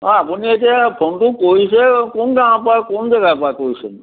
অঁ আপুনি এতিয়া ফোনটো কৰিছে কোন গাঁৱৰ পৰা কোন জেগাৰ পৰা কৰিছে